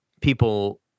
people